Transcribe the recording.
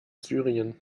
syrien